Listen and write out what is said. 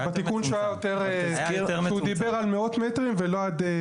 בתיקון שהיה שהוא דיבר על מאות מטרים ולא עד,